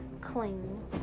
clean